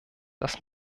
das